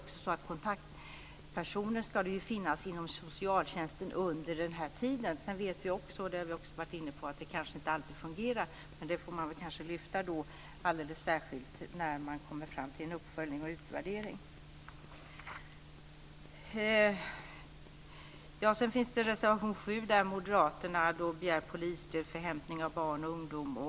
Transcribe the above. Kontaktpersoner ska finnas inom socialtjänsten under denna tid, men det fungerar inte alltid. Vi får lyfta fram detta särskilt i samband med en uppföljning och utvärdering. Sedan finns reservation 7, där moderaterna begär polisstöd för hämtning av barn och ungdom.